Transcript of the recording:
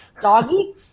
Doggy